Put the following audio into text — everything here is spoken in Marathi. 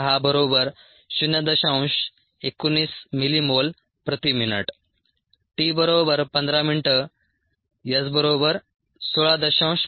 19 mMmin 1 assigned to t 15 min S 16